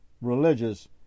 religious